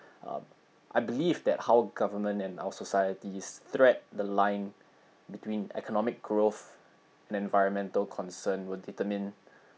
um I believe that how government and our societies tread the line between economic growth and environmental concerns will determine